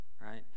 right